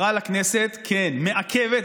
העברה לכנסת מעכבת,